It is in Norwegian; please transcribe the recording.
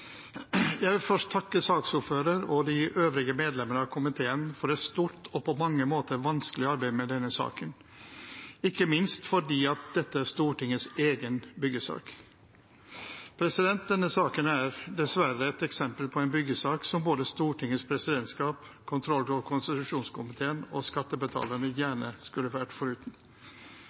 Jeg vil først takke saksordføreren og de øvrige medlemmer av komiteen for et stort og på mange måter vanskelig arbeid med denne saken, ikke minst fordi dette er Stortingets egen byggesak. Denne saken er dessverre et eksempel på en byggesak som både Stortingets presidentskap, kontroll- og konstitusjonskomiteen og skattebetalerne gjerne skulle vært foruten.